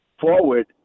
forward